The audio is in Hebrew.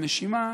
הנשימה,